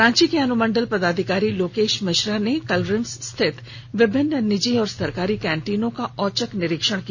रांची के अनुमंडल पदाधिकारी लोकेश मिश्रा ने कल रिम्स स्थित विभिन्न निजी व सरकारी कैंटीनों का औचक निरीक्षण किया